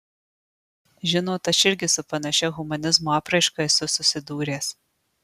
žinot aš irgi su panašia humanizmo apraiška esu susidūręs